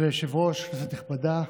אדוני היושב-ראש, כנסת נכבדה,